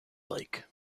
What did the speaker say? lake